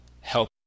help